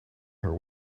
her